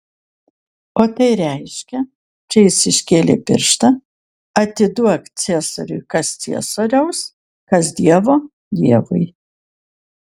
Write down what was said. o tai reiškia čia jis iškėlė pirštą atiduok ciesoriui kas ciesoriaus kas dievo dievui